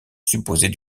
supposée